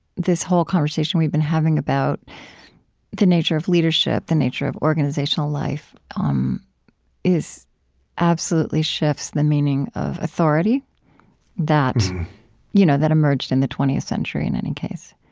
this whole conversation we've been having about the nature of leadership, the nature of organizational life, um absolutely shifts the meaning of authority that you know that emerged in the twentieth century, in any case.